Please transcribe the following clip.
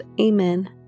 Amen